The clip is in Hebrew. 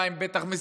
הם בטח משחקים,